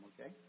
Okay